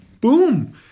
boom